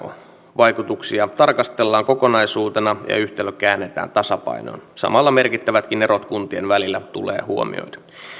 vaikutuksia tarkastellaan kokonaisuutena ja yhtälö käännetään tasapainoon samalla merkittävätkin erot kuntien välillä tulee huomioida